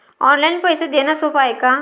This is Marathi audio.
ऑनलाईन पैसे देण सोप हाय का?